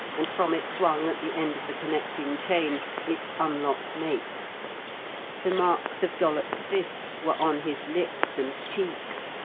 and from it swung, at the end of the connecting chain, its unlocked mate the marks of dollops' fists were on his lips and cheeks,